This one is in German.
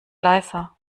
leiser